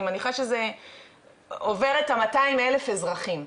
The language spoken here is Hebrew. אני מניחה שזה עובר את ה-200,000 תושבים,